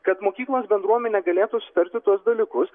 kad mokyklos bendruomenė galėtų sutarti tuos dalykus